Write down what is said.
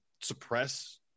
suppress